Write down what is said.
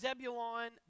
Zebulon